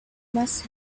must